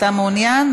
אתה מעוניין?